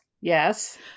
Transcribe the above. yes